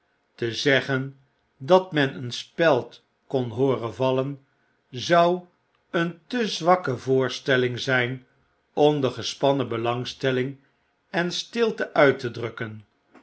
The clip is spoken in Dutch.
te zeggen dat men een speld kon hooren vallen zou een te zwakke voorstelling zyn omdegespannenbelangstelling en stilte uit tedrukken